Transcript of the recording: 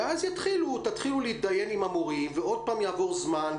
ואז תתחילו להתדיין עם המורים ועוד פעם יעבור זמן,